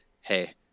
hey